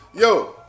Yo